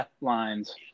lines